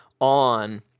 on